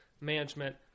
management